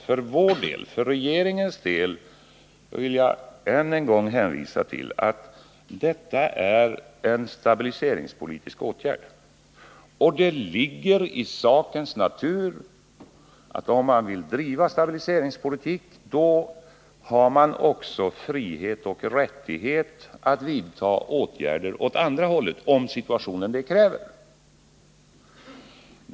För vår del, för regeringens del, vill jag än en gång hänvisa till att vad vi föreslår är en stabiliseringspolitisk åtgärd. Det ligger i sakens natur att om man vill driva stabiliseringspolitik, då har man också frihet och rättighet att vidta åtgärder åt andra hållet, om situationen det kräver.